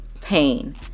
pain